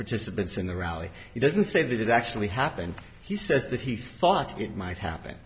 participants in the rally he doesn't say that it actually happened he said that he thought it might happen